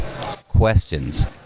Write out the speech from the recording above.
questions